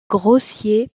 grossier